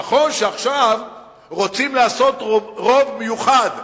נכון שעכשיו רוצים לעשות רוב מיוחד,